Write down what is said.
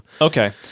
Okay